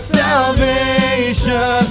salvation